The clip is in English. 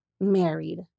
married